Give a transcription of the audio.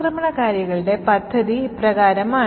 ആക്രമണകാരികളുടെ പദ്ധതി ഇപ്രകാരമാണ്